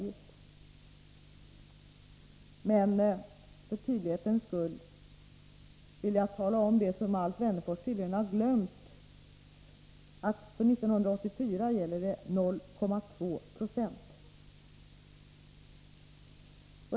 För tydlighetens skull vill jag påminna Alf Wennerfors om det som han uppenbarligen har glömt, nämligen att det för 1984 gäller 0,2 96.